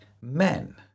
men